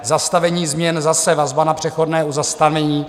Zastavení změn zase vazba na přechodné zastavení.